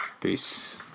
Peace